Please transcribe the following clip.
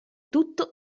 tutto